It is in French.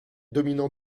dominant